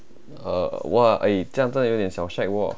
uh !wah! eh 这真的有点小 shag wor